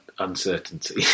uncertainty